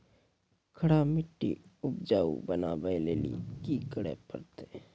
खराब मिट्टी के उपजाऊ बनावे लेली की करे परतै?